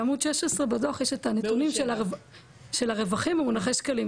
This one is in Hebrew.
בעמוד 16 בדו"ח יש את הנתונים של הרווחים במונחי שקלים,